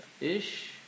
ish